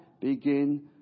begin